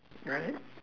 right